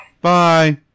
Bye